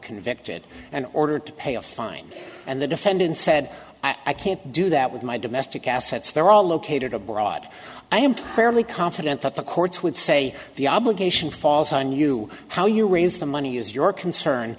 convicted and ordered to pay a fine and the defendant said i i can't do that with my domestic assets they're all located abroad i am fairly confident that the courts would say the obligation falls on you how you raise the money is your concern